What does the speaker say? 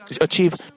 achieve